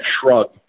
shrug